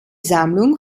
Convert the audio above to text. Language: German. sammlung